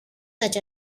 such